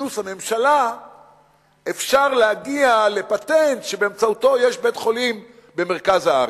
ובאינוס הממשלה אפשר להגיע לפטנט שבאמצעותו יש בית-חולים במרכז הארץ,